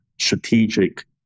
strategic